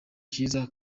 cyiza